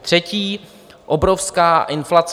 Třetí obrovská inflace.